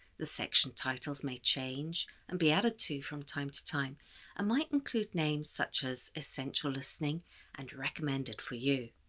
the section titles may change and be added to from time to time and ah might include names such as essential listening and recommended for you.